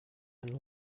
and